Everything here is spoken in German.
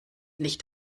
nicht